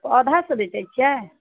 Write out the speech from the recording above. पौधासभ बेचै छियै